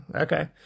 Okay